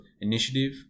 initiative